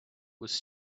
was